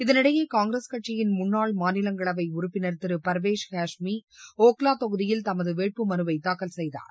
இதனிடையே காங்கிரஸ் கட்சியின் முன்னாள் மாநிலங்களவை உறுப்பினர் திரு பர்வேஷ் ஹேஷ்மி ஒக்லா தொகுதியில் தமது வேட்புமனுவைத் தாக்கல் செய்தார்